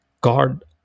god